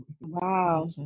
Wow